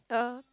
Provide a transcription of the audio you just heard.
uh